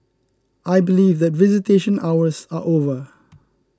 I believe that visitation hours are over